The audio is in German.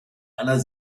einer